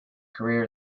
career